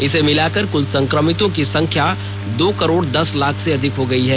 इसे मिलाकर कुल संक्रमितों की संख्यां दो करोड़ दस लाख से अधिक हो गई है